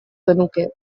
genuke